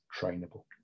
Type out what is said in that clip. trainable